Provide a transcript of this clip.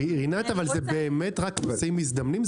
רינת, זה באמת רק נוסעים מזדמנים?